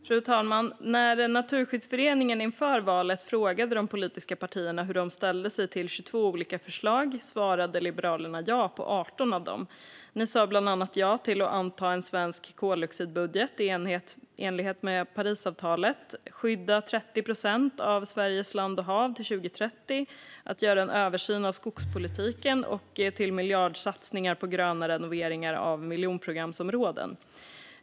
Fru talman! När Naturskyddsföreningen inför valet frågade de politiska partierna hur de ställde sig till 22 olika förslag svarade Liberalerna ja på 18 av frågorna. Ni sa bland annat ja till att anta en svensk kolodixidbudget i enlighet med Parisavtalet, till att skydda 30 procent av Sveriges land och hav till 2030, till att göra en översyn av skogspolitiken och till miljardsatsningar på gröna renoveringar av miljonprogramsområden.